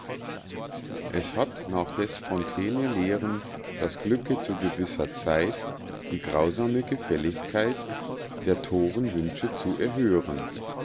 es hat nach des fontaine lehren das glücke zu gewisser zeit die grausame gefälligkeit der thoren wünsche zu erhören